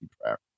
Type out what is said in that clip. prayer